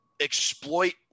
exploit